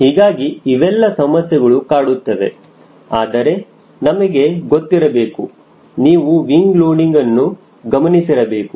ಹೀಗಾಗಿ ಇವೆಲ್ಲ ಸಮಸ್ಯೆಗಳು ಕಾಡುತ್ತವೆ ಆದರೆ ನಮಗೆ ಗೊತ್ತಿರಬೇಕು ನೀವು ವಿಂಗ ಲೋಡಿಂಗ್ ಅನ್ನು ಗಮನಿಸಿರಬೇಕು